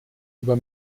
über